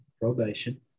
probation